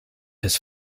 his